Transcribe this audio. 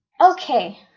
Okay